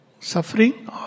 suffering